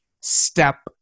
step